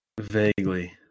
Vaguely